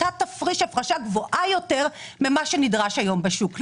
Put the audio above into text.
אתה תפריש הפרשה גבוהה יותר ממה שנדרש היום בשוק.